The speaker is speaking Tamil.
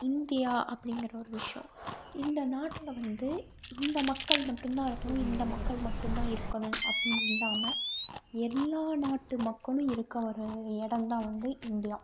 இந்தியா அப்படிங்கிற ஒரு விஷயம் இந்த நாட்டில் வந்து இந்த மக்கள் மட்டும் தான் இருக்கணும் இந்த மக்கள் மட்டும் தான் இருக்கணும் அப்படின்னு இல்லாமல் எல்லா நாட்டு மக்களும் இருக்கற ஒரு இடம் தான் வந்து இந்தியா